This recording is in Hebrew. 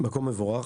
מקום מבורך.